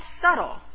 subtle